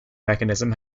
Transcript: mechanism